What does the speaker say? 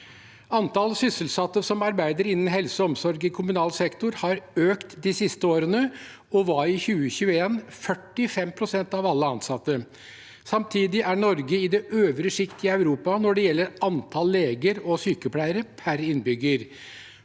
Antall sysselsatte som arbeider innen helse og omsorg i kommunal sektor har økt de siste årene og var i 2021 45 pst. av alle ansatte. Samtidig er Norge i det øvre sjikt i Europa når det gjelder antall leger og sykepleiere per innbygger.